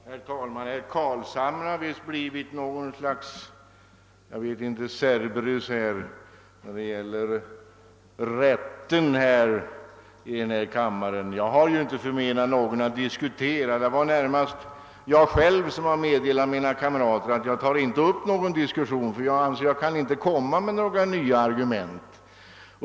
Herr talman! Herr Carlshamre har visst blivit något slags Cerberus när det gäller rätten att yttra sig i den här kammaren. Jag har inte förmenat någon rätten att diskutera. Det var närmast så att jag själv meddelade mina kamrater att jag inte tar upp någon diskussion, eftersom jag inte anser att jag kan komma med några nya argument.